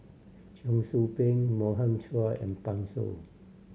Cheong Soo Pieng Morgan Chua and Pan Shou